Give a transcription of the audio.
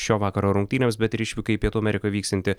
šio vakaro rungtynėms bet ir išvykai į pietų amerikoj vyksiantį